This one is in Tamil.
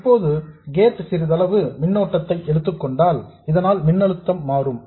இப்போது கேட் சிறிதளவு மின்னோட்டத்தை எடுத்துக்கொண்டால் இதனால் மின்னழுத்தம் மாறும்